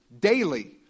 daily